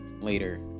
later